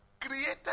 created